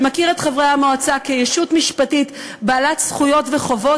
שמכיר בחברי המועצה כישות משפטית בעלת זכויות וחובות,